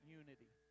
unity